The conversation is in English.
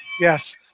Yes